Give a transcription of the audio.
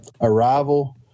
Arrival